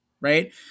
right